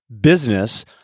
business